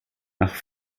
nach